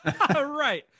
Right